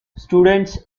students